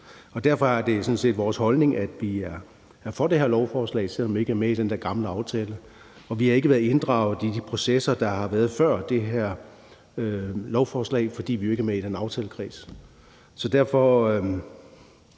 det sådan set vores holdning, at vi er for det her lovforslag, selv om vi ikke er med i den der gamle aftale. Vi har ikke været inddraget i de processer, der har været før det her lovforslag, fordi vi jo ikke er med i den aftalekreds.